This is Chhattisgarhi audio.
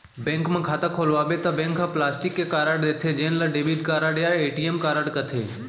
बेंक म खाता खोलवाबे त बैंक ह प्लास्टिक के कारड देथे जेन ल डेबिट कारड या ए.टी.एम कारड कथें